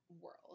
world